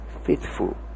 faithful